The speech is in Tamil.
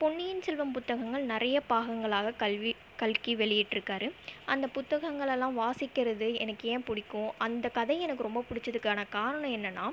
பொன்னியின் செல்வம் புத்தகங்கள் நிறைய பாகங்களாக கல்வி கல்கி வெளியிற்றுக்கார் அந்த புத்தகங்களல்லாம் வாசிக்கிறது எனக்கு ஏன் பிடிக்கும் அந்த கதை எனக்கு ரொம்ப பிடிச்சதுக்கான காரணம் என்னன்னா